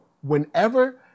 whenever